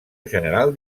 general